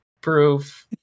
proof